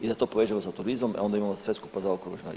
I da to povežemo sa turizmom e onda imamo sve skupa zaokruženo.